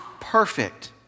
perfect